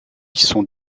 sont